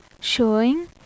showing